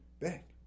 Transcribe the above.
back